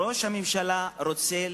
ראש הממשלה רוצה,